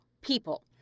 people